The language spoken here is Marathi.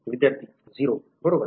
विद्यार्थीः 0 बरोबर